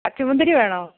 പച്ചമുന്തിരി വേണോ